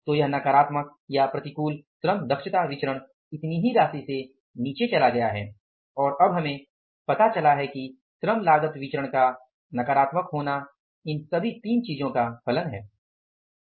तो यह नकारात्मक या प्रतिकूल श्रम दक्षता विचरण इतनी ही राशि से नीचे चला गया है और अब हमें पता चला है कि श्रम लागत विचरण का नकारात्मक होना इन सभी तीनों चीजों का फलन है